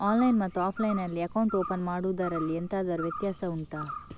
online ಮತ್ತು offline ನಲ್ಲಿ account open ಮಾಡುವುದರಲ್ಲಿ ಎಂತಾದರು ವ್ಯತ್ಯಾಸ ಉಂಟಾ